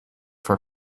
for